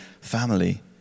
family